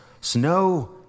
Snow